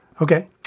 Okay